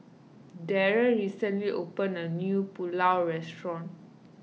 Darry recently opened a new Pulao Restaurant